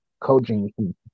coaching